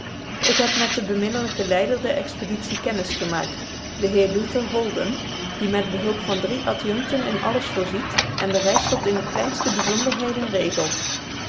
ik heb met den beminnelijken leider der expeditie kennis gemaakt den heer luther holden die met behulp van drie adjuncten in alles voorziet en de reis tot in de kleinste bijzonderheden regelt